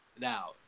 now